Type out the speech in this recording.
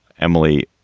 emily,